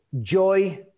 joy